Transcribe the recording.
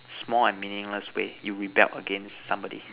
small and meaningless way you rebelled against somebody